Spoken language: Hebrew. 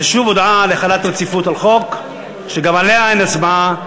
זו שוב הודעה על החלת רציפות על חוק שגם עליה אין הצבעה,